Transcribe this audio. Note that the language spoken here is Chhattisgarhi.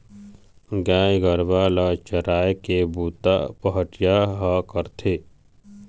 गाय गरूवा ल चराए के बूता पहाटिया ह करथे